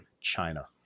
China